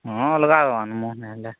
ହଁ ଅଲଗା ଆଉ ଆନବୁ ନେହେଲେ